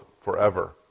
forever